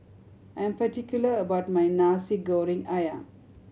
I am particular about my Nasi Goreng Ayam